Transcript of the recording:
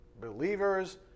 Believers